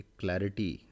clarity